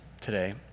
today